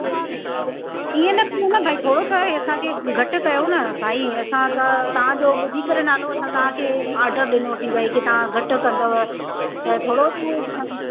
अच्छा अच्छा हीअं न की मतिलबु भई थोरो त इहे असांखे घटि कयो न भई असां त तव्हांजो ॿुधी करे नालो असांखे ऑडर डिनो थी भई तव्हां घटि कंदव त थोरो बि आहे असां लाइ